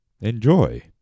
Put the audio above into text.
Enjoy